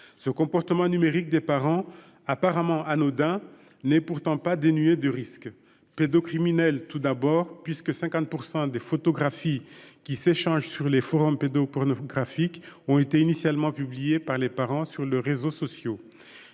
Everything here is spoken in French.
Ce comportement numérique des parents, apparemment anodin, n'est pourtant pas dénué de risques. Ces risques sont d'abord pédocriminels, puisque 50 % des photographies qui s'échangent sur les forums pédopornographiques ont été initialement publiées par les parents sur leurs réseaux sociaux.